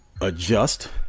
adjust